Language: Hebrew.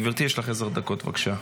גברתי, יש לך עשר דקות, בבקשה.